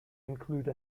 include